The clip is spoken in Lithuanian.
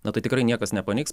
na tai tikrai niekas nepaneigs